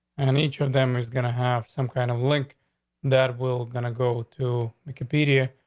and each of them is going to have some kind of link that will gonna go to the commedia.